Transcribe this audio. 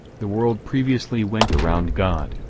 the world previously went around god,